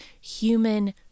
human